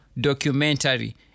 documentary